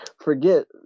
forget